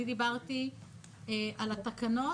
אני דיברתי על התקנות,